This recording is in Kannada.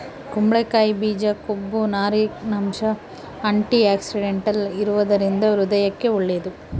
ಕುಂಬಳಕಾಯಿ ಬೀಜ ಕೊಬ್ಬು, ನಾರಿನಂಶ, ಆಂಟಿಆಕ್ಸಿಡೆಂಟಲ್ ಇರುವದರಿಂದ ಹೃದಯಕ್ಕೆ ಒಳ್ಳೇದು